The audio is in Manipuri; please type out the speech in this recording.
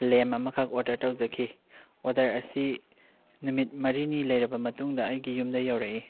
ꯂꯦꯝ ꯑꯃꯈꯛ ꯑꯣꯗꯔ ꯇꯧꯖꯈꯤ ꯑꯣꯗꯔ ꯑꯁꯤ ꯅꯨꯃꯤꯠ ꯃꯔꯤꯅꯤ ꯂꯩꯔꯕ ꯃꯇꯨꯡꯗ ꯑꯩꯒꯤ ꯌꯨꯝꯗ ꯌꯧꯔꯛꯏ